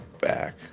back